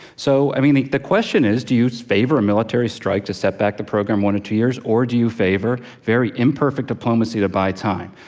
so, i mean, the the question is do you favor a military strike to set back the program one or two years? or do you favor very imperfect diplomacy to buy time?